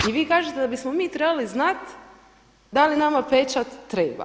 I vi kažete da bismo mi trebali znati da li nama pečat treba.